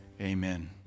Amen